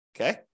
Okay